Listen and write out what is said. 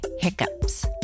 hiccups